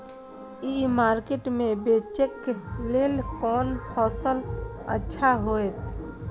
ई market में बेचेक लेल कोन फसल अच्छा होयत?